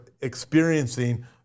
experiencing